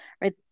right